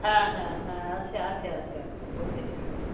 হ্যাঁ হ্যাঁ হ্যাঁ আছে আছে আছে আছে প্রত্যেকরই আছে